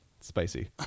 spicy